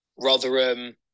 Rotherham